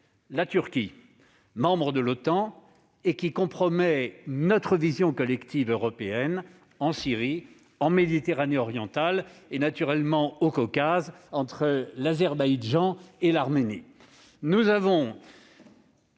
la Turquie, membre de l'OTAN, qui compromet notre vision collective européenne en Syrie, en Méditerranée orientale ainsi qu'au Caucase, naturellement, entre l'Azerbaïdjan et l'Arménie.